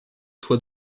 toit